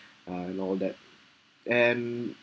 uh and all that and